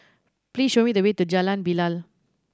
please show me the way to Jalan Bilal